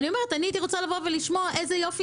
אני הייתי רוצה לשמוע: איזה יופי,